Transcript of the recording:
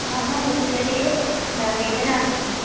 मम उदरे न वेदना अस्ति